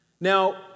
Now